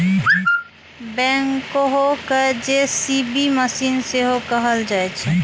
backhoe कें JCB machine सेहो कहल जाइ छै